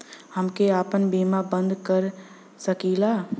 हमके आपन बीमा बन्द कर सकीला?